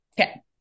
okay